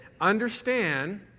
understand